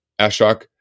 Ashok